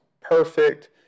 perfect